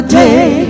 day